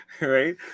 Right